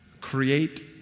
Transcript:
create